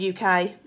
UK